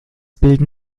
bilden